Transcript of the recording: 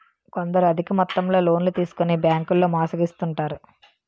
కొందరు అధిక మొత్తంలో లోన్లు తీసుకొని బ్యాంకుల్లో మోసగిస్తుంటారు